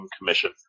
commission